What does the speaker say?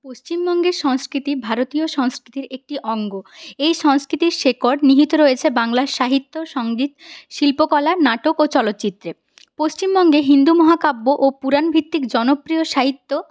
পশ্চিমবঙ্গের সংস্কৃতি ভারতীয় সংস্কৃতির একটি অঙ্গ এই সংস্কৃতির শেকড় নিহিত রয়েছে বাংলার সাহিত্য সংগীত শিল্পকলা নাটক ও চলচ্চিত্রে পশ্চিমবঙ্গে হিন্দু মহাকাব্য ও পুরান ভিত্তিক জনপ্রিয় সাহিত্য